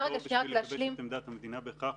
לא בשביל לגבש את עמדת המדינה בהכרח.